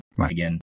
again